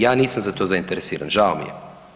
Ja nisam za to zainteresiran, žao mi je.